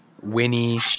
Winnie